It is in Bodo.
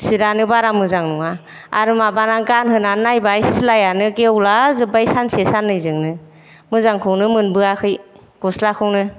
चिटानो बारा मोजां नङा आरो माबानानै गानहोनानै नायबाय सिलायानो गेवला जोब्बाय सानसे साननैजोंनो मोजांखौनो मोनबोयासै गस्लाखौनो